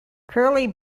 curly